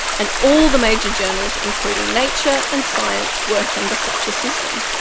and all the major journals, including nature and science, work under such a system.